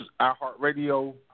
iHeartRadio